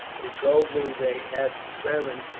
who told me they had determined,